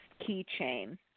keychain